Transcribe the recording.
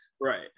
Right